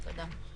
תודה.